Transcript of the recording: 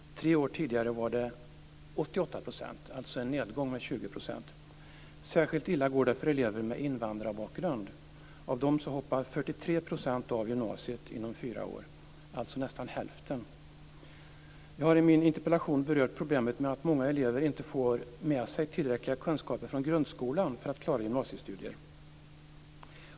Tre år tidigare var motsvarande siffra 88 %, alltså en nedgång med 20 %. Särskilt illa går det för elever med invandrarbakgrund. Av dem hoppar 43 % av gymnasiet inom fyra år - alltså nästan hälften. Jag har i min interpellation berört problemet med att många elever inte får med sig från grundskolan tillräckliga kunskaper för att klara gymnasiestudier.